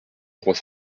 trois